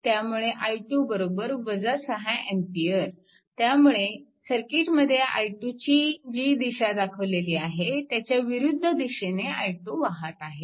त्यामुळे i2 6A त्यामुळे सर्किटमध्ये i2 ची जी दिशा दाखवलेली आहे त्याच्या विरुद्ध दिशेने i2 वाहत आहे